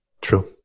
true